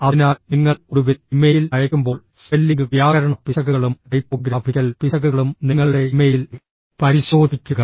അതിനാൽ നിങ്ങൾ ഒടുവിൽ ഇമെയിൽ അയയ്ക്കുമ്പോൾ സ്പെല്ലിംഗ് വ്യാകരണ പിശകുകളും ടൈപ്പോഗ്രാഫിക്കൽ പിശകുകളും നിങ്ങളുടെ ഇമെയിൽ പരിശോധിക്കുക